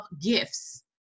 gifts